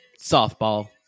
softball